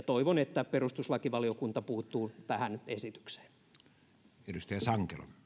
toivon että perustuslakivaliokunta puuttuu tähän esitykseen arvoisa